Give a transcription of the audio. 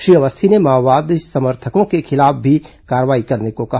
श्री अवस्थी ने माओवादी समर्थकों के खिलाफ भी कार्रवाई करने को कहा